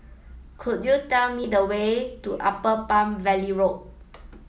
could you tell me the way to Upper Palm Valley Road